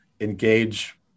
engage